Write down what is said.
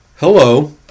Hello